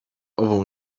ową